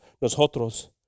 nosotros